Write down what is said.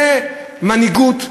זה מנהיגות,